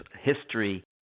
history